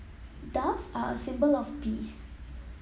doves are a symbol of peace